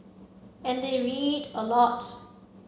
and they read a lot